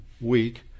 week